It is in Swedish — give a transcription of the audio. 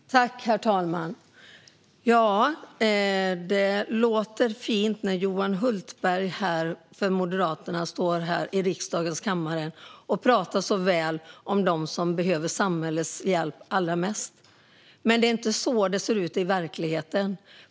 Ändringar av över-gångsbestämmelse avseende behörighets-reglering Herr talman! Det låter fint när moderaten Johan Hultberg står i riksdagens kammare och talar väl om dem som behöver samhällets hjälp allra mest. Men så ser det inte ut i verkligheten.